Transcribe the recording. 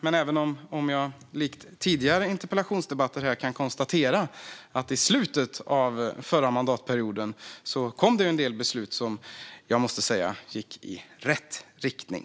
Jag kan dock, som i tidigare interpellationsdebatter, konstatera att det i slutet av förra mandatperioden kom en del beslut som, måste jag säga, gick i rätt riktning.